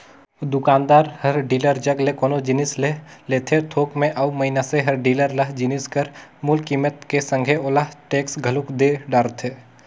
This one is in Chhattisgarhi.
दुकानदार हर डीलर जग ले कोनो जिनिस ले लेथे थोक में अउ मइनसे हर डीलर ल जिनिस कर मूल कीमेत के संघे ओला टेक्स घलोक दे डरथे